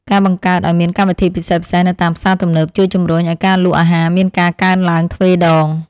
ការបង្កើតឱ្យមានកម្មវិធីពិសេសៗនៅតាមផ្សារទំនើប ជួយជំរុញឱ្យការលក់អាហារមានការកើនឡើងទ្វេដង។